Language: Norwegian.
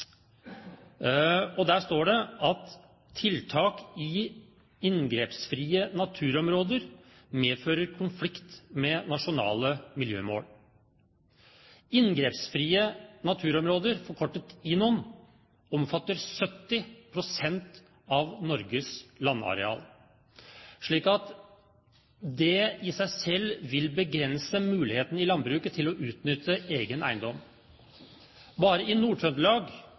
Der står det at tiltak i inngrepsfrie naturområder medfører konflikt med nasjonale miljømål. Inngrepsfrie naturområder, INON, omfatter 70 pst. av Norges landareal, slik at det i seg selv vil begrense muligheten i landbruket til å utnytte egen eiendom. Jeg har fått opplyst at bare i